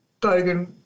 Bogan